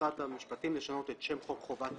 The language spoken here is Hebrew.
במשרד המשפטים לשנות את שם חוק חובת